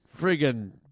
friggin